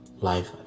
life